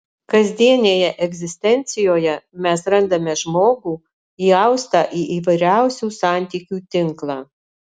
kasdienėje egzistencijoje mes randame žmogų įaustą į įvairiausių santykių tinklą